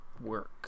work